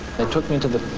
they took me to the